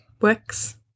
works